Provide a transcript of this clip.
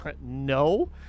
no